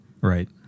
Right